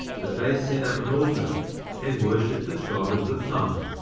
that they set up an altar and worshipped the god of the thumb.